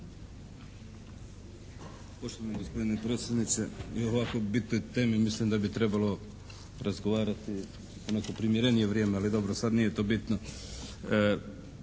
Poštovani gospodine predsjedniče, mi o ovako bitnoj temi mislim da bi trebalo razgovarati u neko primjerenije vrijeme, ali dobro sad nije to bitno.